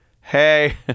hey